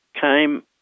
came